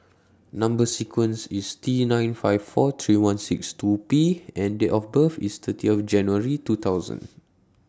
Number sequence IS T nine five four three one six two P and Date of birth IS thirty of January two thousand